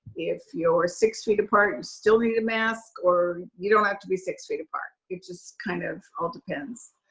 if you're six feet apart and still need a mask, or you don't have to be six feet apart, it just kind of all depends.